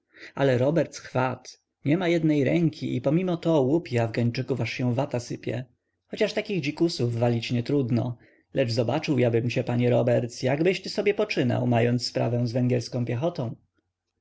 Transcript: roberts chwat nie ma jednej ręki i pomimo to łupi afgańczyków aż się wata sypie chociaż takich dzikusów walić nietrudno lecz zobaczyłbym ja cię panie roberts jakbyś ty sobie poczynał mając sprawę z węgierską piechotą